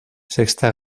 sexta